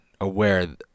aware